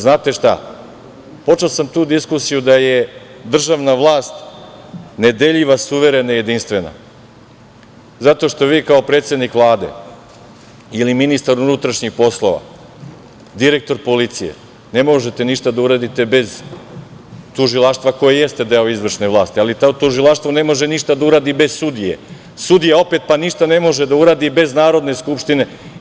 Znate šta, počeo sam diskusiju da je državna vlast nedeljiva, suverena, jedinstvena zato što vi, kao predsednik Vlade ili ministar unutrašnjih poslova, direktor policije ne možete ništa da uradite bez tužilaštva koje jeste deo izvršne vlasti, ali tužilaštvo ne može ništa da uradi bez sudije, a sudija opet ne može ništa da uradi bez Narodne skupštine.